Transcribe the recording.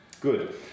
good